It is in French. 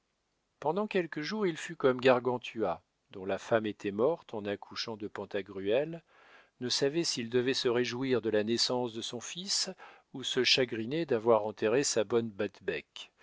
pendant quelques jours il fut comme gargantua dont la femme étant morte en accouchant de pantagruel ne savait s'il devait se réjouir de la naissance de son fils ou se chagriner d'avoir enterré sa bonne